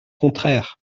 contraire